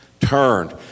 turned